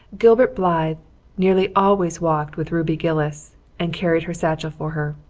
gilbert blythe nearly always walked with ruby gillis and carried her satchel for her.